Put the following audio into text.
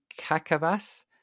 Kakavas